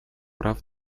прав